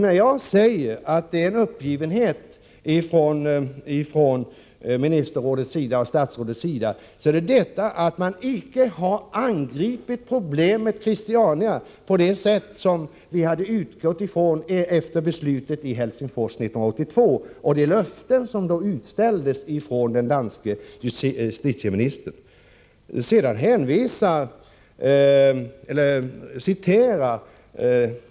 När jag säger att man visar en uppgivenhet från Ministerrådets sida och 95 från statsrådets sida menar jag att man icke har angripit problemet Christiania på det sätt som vi utgick ifrån att man skulle göra efter beslutet i Helsingfors 1982 och de löften som då utställdes från den danske justitieministerns sida.